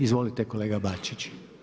Izvolite kolega Bačić.